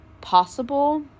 possible